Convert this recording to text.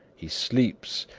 he sleeps,